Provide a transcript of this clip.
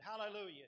Hallelujah